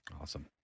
Awesome